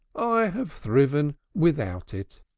i have thriven without it.